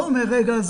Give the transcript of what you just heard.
לא אומר 'רגע,